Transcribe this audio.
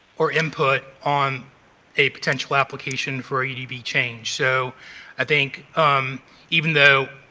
or input on a potential application for u d b. change. so i think um even though,